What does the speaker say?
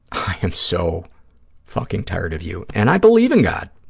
i am so fucking tired of you, and i believe in god.